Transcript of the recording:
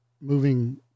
moving